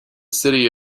city